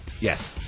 Yes